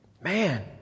Man